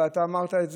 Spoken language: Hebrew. אבל אתה אמרת,